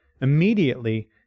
immediately